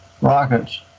rockets